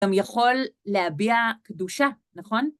גם יכול להביע קדושה, נכון?